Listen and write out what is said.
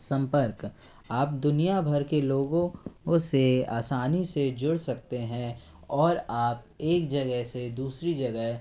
संपर्क आप दुनियाँ भर के लोगों से आसानी से जुड़ सकते हैं और आप एक जगह से दूसरी जगह